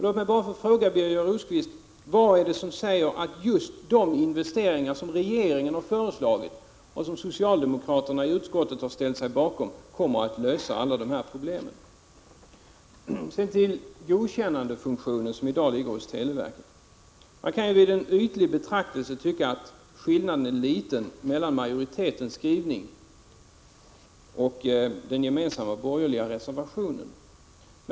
Vad är det som säger, Birger Rosqvist, att just de investeringar som regeringen har föreslagit och som socialdemokraterna i utskottet har ställt sig bakom kommer att lösa alla problem? Så till frågan om godkännandefunktionen, som i dag ligger hos televerket. Man kan vid en ytlig betraktelse tycka att skillnaden är liten mellan majoritetens skrivning och skrivningen i den gemensamma borgerliga reservationen.